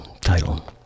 title